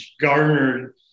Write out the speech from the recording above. garnered